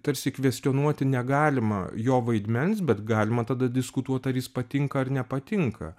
tarsi kvestionuoti negalima jo vaidmens bet galima tada diskutuot ar jis patinka ar nepatinka